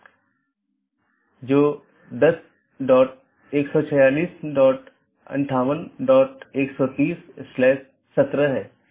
BGP निर्भर करता है IGP पर जो कि एक साथी का पता लगाने के लिए आंतरिक गेटवे प्रोटोकॉल है